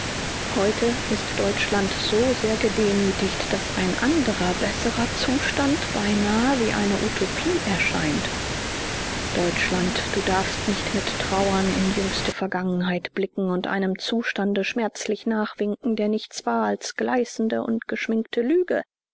heute ist deutschland so sehr gedemütigt daß ein anderer besserer zustand beinahe wie eine utopie erscheint deutschland du darfst nicht mit trauern in jüngste vergangenheit blicken und einem zustande schmerzlich nachwinken der nichts war als gleißende und geschminkte lüge